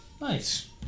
Nice